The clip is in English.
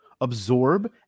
absorb